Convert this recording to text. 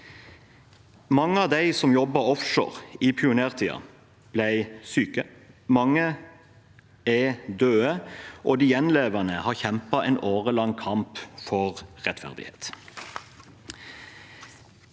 Mange av dem som jobbet offshore i pionertiden, ble syke. Mange er døde, og de gjenlevende har kjempet en årelang kamp for rettferdighet.